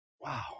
Wow